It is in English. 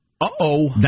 Uh-oh